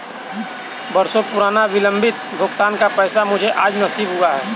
बरसों पुराना विलंबित भुगतान का पैसा मुझे आज नसीब हुआ है